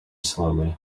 slowly